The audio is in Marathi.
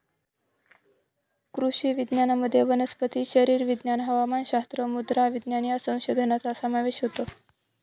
कृषी विज्ञानामध्ये वनस्पती शरीरविज्ञान, हवामानशास्त्र, मृदा विज्ञान या संशोधनाचा समावेश होतो